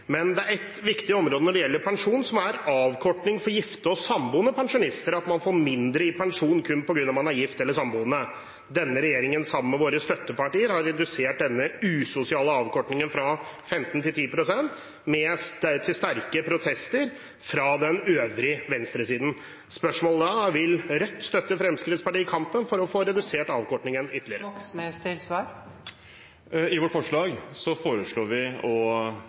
viktig område når det gjelder pensjon, er avkortingen for gifte og samboende pensjonister, at man får mindre i pensjon kun på grunn av at man er gift eller samboende. Denne regjeringen har, sammen med sine støttepartier, redusert denne usosiale avkortingen fra 15 pst. til 10 pst., til sterke protester fra den øvrige venstresiden. Spørsmålet blir da: Vil Rødt støtte Fremskrittspartiet i kampen for å få redusert avkortingen ytterligere? I vårt forslag foreslår vi å